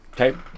Okay